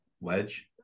Wedge